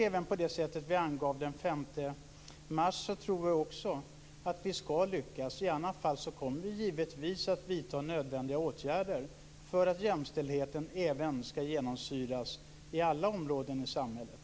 Även på det sätt som vi angav den 5 mars tror vi att vi skall lyckas. I annat fall kommer vi givetvis att vidta nödvändiga åtgärder för att jämställdheten skall genomsyra alla områden i samhället.